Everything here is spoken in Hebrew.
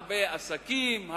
הרבה עסקים,